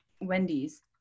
wendy's